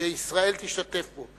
שישראל תשתתף בו.